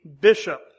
bishop